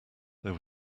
there